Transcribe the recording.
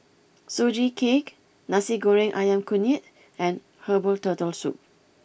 Sugee Cake Nasi Goreng Ayam Kunyit and Herbal Turtle Soup